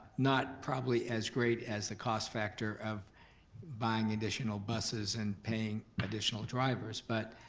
not probably as great as the cost factor of buying additional buses and paying additional drivers. but